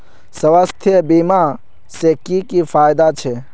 स्वास्थ्य बीमा से की की फायदा छे?